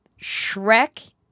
Shrek